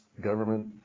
government